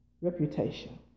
reputation